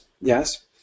yes